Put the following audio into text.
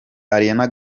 ariana